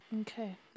Okay